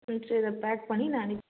ம் சரி இதை பேக் பண்ணி நான் அனுப்பி